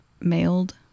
mailed